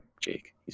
Jake